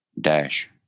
dash